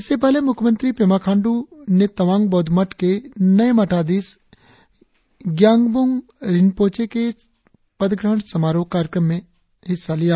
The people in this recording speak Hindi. इससे पहले मुख्यमंत्री पेमा खांडू तवांग बौद्ध मठ के नए मठाधीश ग्यांगब्रंग रिंपोचे के पदग्रहण समारोह कार्यक्रम में शामिल हुए